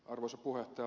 arvoisa puhemies